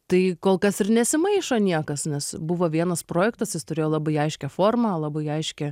tai kol kas ir nesimaišo niekas nes buvo vienas projektas jis turėjo labai aiškią formą labai aiškią